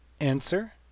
answer